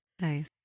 Nice